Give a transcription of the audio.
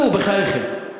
נו, בחייכם.